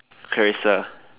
Clarissa